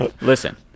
listen